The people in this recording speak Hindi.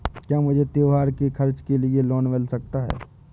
क्या मुझे त्योहार के खर्च के लिए लोन मिल सकता है?